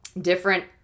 different